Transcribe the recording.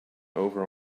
over